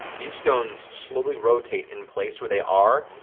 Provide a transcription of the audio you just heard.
these stones slowly rotate in place where they are,